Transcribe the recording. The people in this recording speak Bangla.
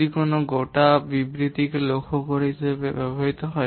যদি এটি কোনও গোটো বিবৃতি লক্ষ্য হিসাবে ব্যবহৃত হয়